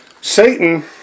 Satan